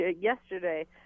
yesterday